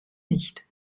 nicht